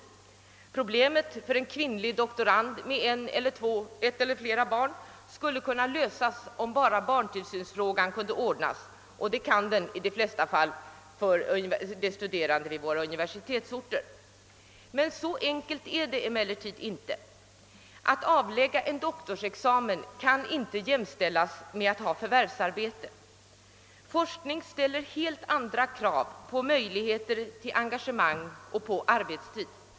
Svårigheterna för en kvinnlig doktorand med ett eller flera barn skulle kunna lösas om bara barntillsynsfrågan kunde ordnas — och det kan den i de flesta fall för de studerande på våra universitetsorter. Så enkelt är det emellertid icke. Att avlägga en doktorsexamen kan inte jämställas med att ha förvärvsarbete. Forskning ställer helt andra krav på möjligheter till engagemang och på arbetstid.